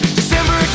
December